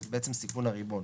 שזה בעצם סיכון הריבון.